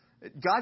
god